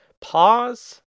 Pause